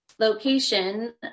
location